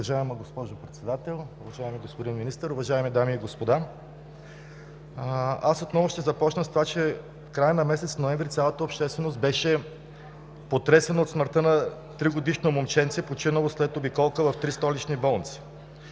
Уважаема госпожо Председател, уважаеми господин Министър, уважаеми дами и господа! Аз отново ще започна с това, че в края на месец ноември цялата общественост беше потресена от смъртта на 3-годишно момченце, починало вследствие на обиколка в три столични болници.